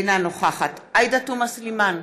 אינה נוכחת עאידה תומא סלימאן,